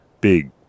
Big